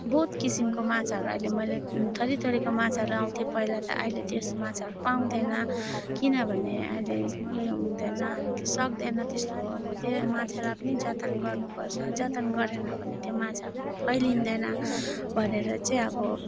बहुत किसिमको माछाहरू अहिले मैले थरी थरीका माछाहरू आउँथे पहिला त अहिले त्यो सब माछाहरू पाउँदैन किनभने अहिले यो हुँदैन हामीले सक्दैन त्यस्तो अब त्यो माछालाई पनि जतन गर्नुपर्छ जतन गरेन भने त्यो माछा हाम्रो फैलिँदैन भनेर चाहिँ अब